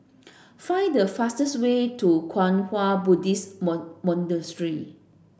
Find the fastest way to Kwang Hua Buddhist Monastery